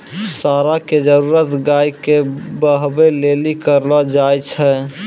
साँड़ा के जरुरत गाय के बहबै लेली करलो जाय छै